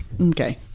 okay